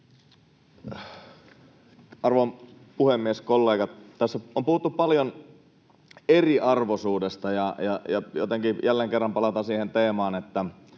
Arvon puhemies! Kollegat! Tässä on puhuttu paljon eriarvoisuudesta, ja jotenkin jälleen kerran palataan siihen teemaan,